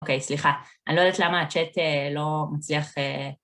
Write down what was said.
אוקיי, סליחה, אני לא יודעת למה הצ'ט לא מצליח...